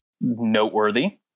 noteworthy